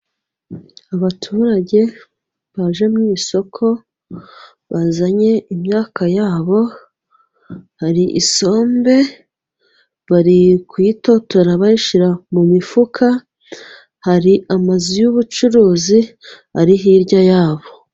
Abaturage baje mu isoko bazanye imyaka yabo, vhari isombe bari kuyitotora bayishyira mu mifuka, hari amazu yubucuruzi ari hirya yabo.